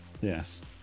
yes